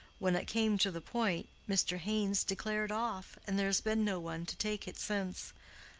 when it came to the point, mr. haynes declared off, and there has been no one to take it since.